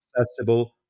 accessible